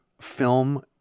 film